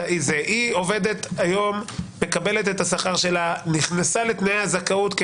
היא מקבלת את השכר שלה ונכנסה לתנאי הזכאות כי